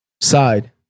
side